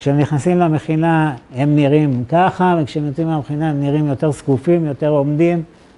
כשהם נכנסים למכינה הם נראים ככה וכשהם יוצאים מהמכינה הם נראים יותר זקופים, יותר עומדים.